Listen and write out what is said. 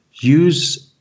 use